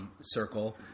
circle